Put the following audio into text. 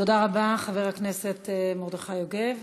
תודה רבה, חבר הכנסת מרדכי יוגב.